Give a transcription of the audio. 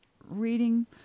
reading